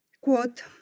Quote